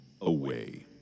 Away